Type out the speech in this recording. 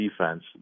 defense